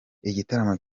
igitaramo